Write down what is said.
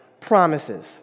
promises